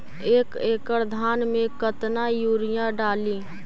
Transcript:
एक एकड़ धान मे कतना यूरिया डाली?